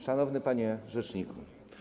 Szanowny Panie Rzeczniku!